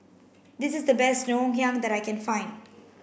this is the best Ngoh Hiang that I can find